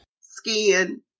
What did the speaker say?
skiing